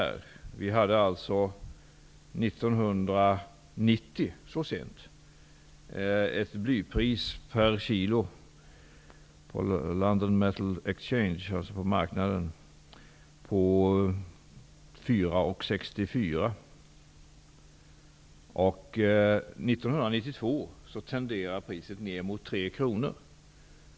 Så sent som 1990 hade vi ett blypris per kilo på 4:64 kr. 1992 tenderade priset ned mot 3 kr.